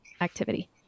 activity